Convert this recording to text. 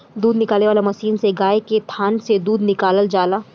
दूध निकाले वाला मशीन से गाय के थान से दूध निकालल जाला